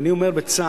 ואני אומר בצער,